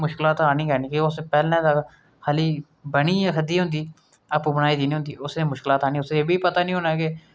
केह् केह् ऐ थुआढ़े साहित्यकार तुस जानदे साहित्यकार दा जिकर करना चाह्नी आं मुंशी प्रेमचंद